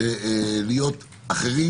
להיות אחרים.